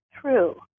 true